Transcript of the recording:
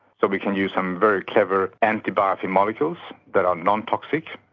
so we can use some very clever anti-biofilm molecules that are non-toxic.